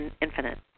infinite